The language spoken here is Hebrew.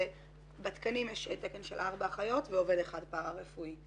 בתקנים יש תקן של 4 אחיות ועובד אחד פארא-רפואי.